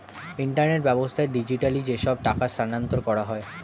internet ব্যাবস্থায় digitally যেসব টাকা স্থানান্তর করা হয়